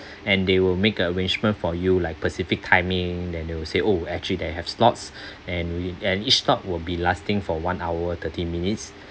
and they will make arrangement for you like specific timing then they will say oh actually they have slots and we and each slot will be lasting for one hour thirty minutes